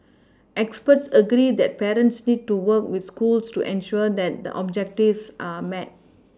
experts agree that parents need to work with schools to ensure that the objectives are met